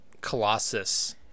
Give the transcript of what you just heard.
Colossus